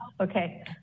okay